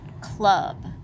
club